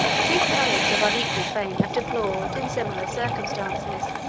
two poets of unequal fame have deplored, in similar circumstances,